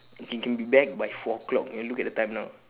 can can be back by four o'clock you know look at the time now